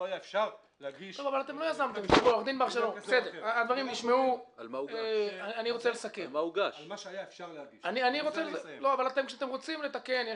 כתב אישום בגין עבירה כזו או אחרת ובאותה נשימה להגיד שמבקשים לתקן את